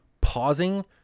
pausing